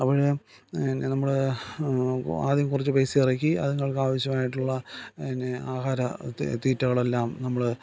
അപ്പോൾ പിന്നെ നമ്മൾ ആദ്യം കുറച്ചു പൈസയിറക്കി അതുങ്ങൾക്ക് ആവശ്യമായിട്ടുള്ള പിന്നേ ആഹാര തീറ്റകളെല്ലാം നമ്മൾ